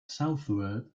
southward